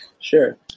Sure